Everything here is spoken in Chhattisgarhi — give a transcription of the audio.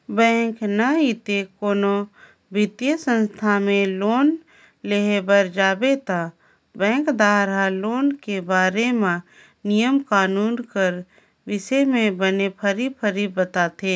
बेंक नइते कोनो बित्तीय संस्था में लोन लेय बर जाबे ता बेंकदार हर लोन के बारे म नियम कानून कर बिसे में बने फरी फरी बताथे